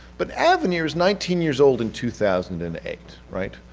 but avenir's nineteen years old in two thousand and eight, right?